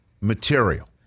material